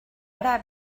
ara